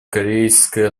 корейская